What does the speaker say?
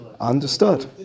Understood